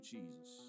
Jesus